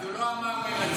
אז הוא לא אמר "רצינו".